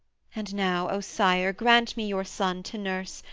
and now, o sire, grant me your son, to nurse,